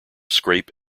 scrape